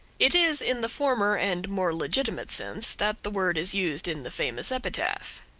it is in the former and more legitimate sense, that the word is used in the famous epitaph